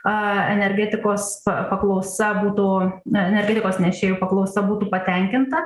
a energetikos pa paklausa būtų en energetikos nešėjų paklausa būtų patenkinta